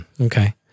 Okay